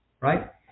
right